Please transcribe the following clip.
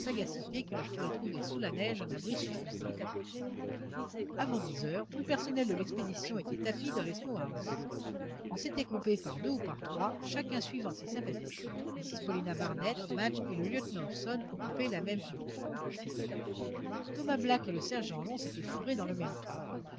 qui leur ferait trouver sous la neige un abri suffisant avant dix heures tout le personnel de l'expédition était tapi dans les snow houses on s'était groupé par deux ou par trois chacun suivant ses sympathies mrs paulina barnett madge et le lieutenant hobson occupaient la même hutte thomas black et le sergent long s'étaient fourrés dans le même trou